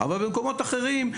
אבל במקומות אחרים,